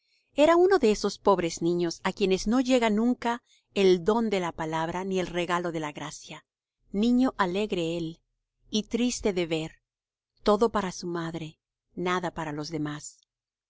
era uno de esos pobres niños á quienes no llega nunca el don de la palabra ni el regalo de la gracia niño alegre él y triste de ver todo para su madre nada para los demás